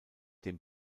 dem